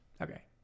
Okay